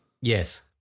Yes